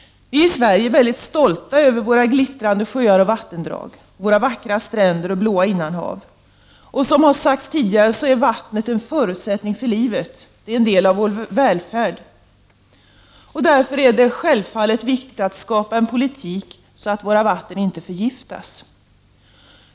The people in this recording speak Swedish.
I Sverige är vi stolta över våra glittrande sjöar och vattendrag, våra vackra stränder och blåa innanhav. Som det har sagts förut, är vattnet en förutsättning för livet. Det är en del av vår välfärd. Därför är det självfallet viktigt att skapa en sådan politik att våra vatten inte förgiftas.